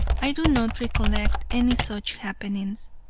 i do not recollect any such happenings,